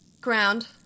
Ground